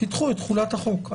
תדחו את תחולת החוק.